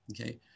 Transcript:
okay